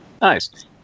Nice